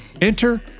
Enter